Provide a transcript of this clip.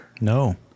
No